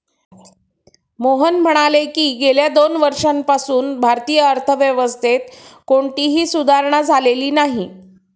मोहन म्हणाले की, गेल्या दोन वर्षांपासून भारतीय अर्थव्यवस्थेत कोणतीही सुधारणा झालेली नाही